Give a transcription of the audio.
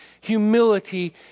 humility